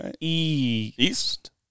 East